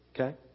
Okay